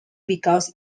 because